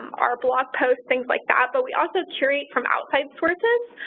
our blog posts, things like that, but we also curate from outside sources.